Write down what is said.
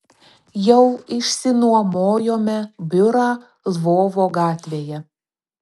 jau išsinuomojome biurą lvovo gatvėje